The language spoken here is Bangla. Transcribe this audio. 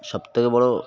সব থেকে বড়